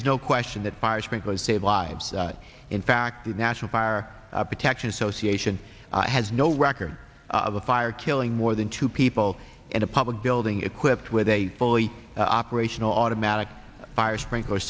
there's no question that fire sprinklers save lives in fact the national fire protection association has no record of a fire killing more than two people in a public building equipped with a fully operational automatic fire sprinkler